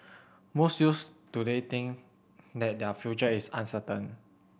most youths today think that their future is uncertain